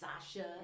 Sasha